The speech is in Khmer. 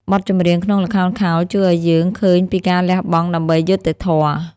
បទចម្រៀងក្នុងល្ខោនខោលជួយឱ្យយើងឃើញពីការលះបង់ដើម្បីយុត្តិធម៌។